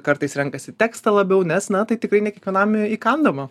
kartais renkasi tekstą labiau nes na tai tikrai ne kiekvienam įkandama